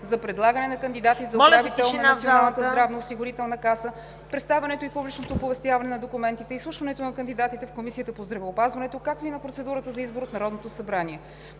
за предлагане на кандидати за управител на Националната здравноосигурителна каса, представянето и публичното оповестяване на документите и изслушването на кандидатите в Комисията по здравеопазването, както и на процедурата за избор от Народното събрание